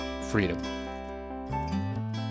freedom